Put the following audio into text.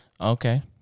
Okay